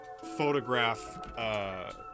photograph